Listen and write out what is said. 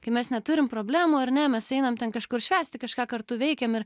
kai mes neturim problemų ar ne mes einam ten kažkur švęsti kažką kartu veikiam ir